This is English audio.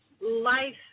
life